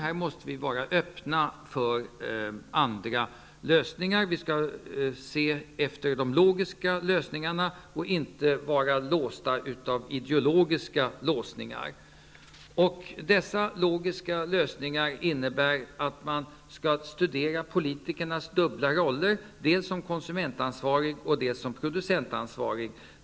Här måste vi vara öppna för andra lösningar. Vi skall se till de logiska lösningarna i stället för att vara ideologiskt låsta. Dessa logiska lösningar innebär att man skall studera politikernas dubbla roller som konsument och producentansvarig.